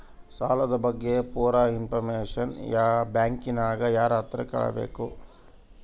ಸಾಲದ ಬಗ್ಗೆ ಪೂರ ಇಂಫಾರ್ಮೇಷನ ಬ್ಯಾಂಕಿನ್ಯಾಗ ಯಾರತ್ರ ಕೇಳಬೇಕು?